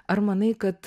ar manai kad